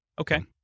Okay